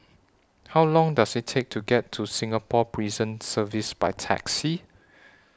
How Long Does IT Take to get to Singapore Prison Service By Taxi